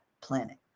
planet